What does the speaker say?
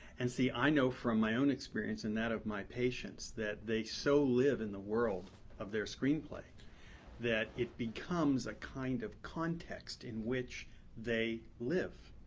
and, see, i know from my own experience and that of my patients that they so live in the world of their screenplay that it becomes a kind of context in which they live.